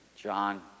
John